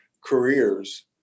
careers